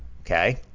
Okay